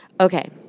Okay